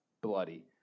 bloody